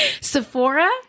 Sephora